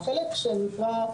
החלק שנקרא: